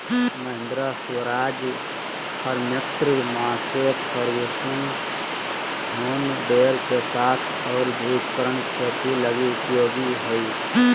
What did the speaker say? Mahindra, Swaraj, Farmtrac, Massey Ferguson John Deere के साथ और भी उपकरण खेती लगी उपयोगी हइ